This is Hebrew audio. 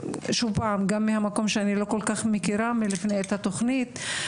שוב פעם זה בא גם מהמקום שאני לא כל כך מכירה את התוכנית מלפני הדיו,